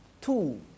two